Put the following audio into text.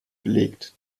belegt